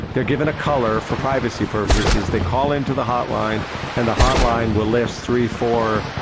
they are given a colour for privacy purposes, they call in to the hotline and the hotline will list three, four,